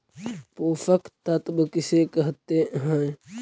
पोषक तत्त्व किसे कहते हैं?